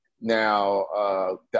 Now